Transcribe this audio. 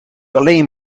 alleen